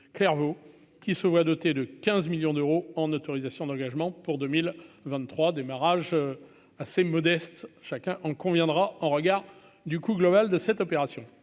Clairvaux qui se voit doté de 15 millions d'euros en autorisations d'engagement pour 2023 démarrage assez modeste, chacun en conviendra, en regard du coût global de cette opération,